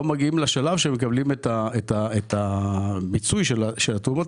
מגיעים לשלב שמקבלים את הפיצוי של התרומות,